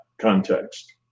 context